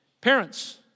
Parents